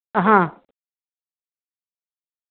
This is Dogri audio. आं हां